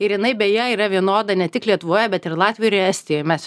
ir jinai beje yra vienoda ne tik lietuvoje bet ir latvijoj ir estijoj mes